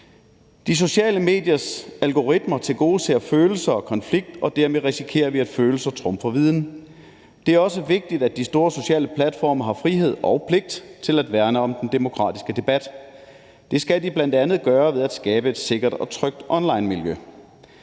De sociale mediers algoritmer tilgodeser følelser og konflikt, og dermed risikerer vi, at følelser trumfer viden. Det er også vigtigt, at de store sociale platforme har frihed og pligt til at værne om den demokratiske debat. Det skal de bl.a. gøre ved at skabe et sikkert og trygt onlinemiljø.